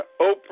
Oprah